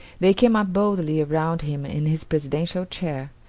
they came up boldly around him in his presidential chair,